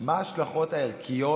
מה ההשלכות הערכיות,